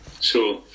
Sure